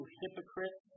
hypocrite